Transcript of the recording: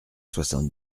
soixante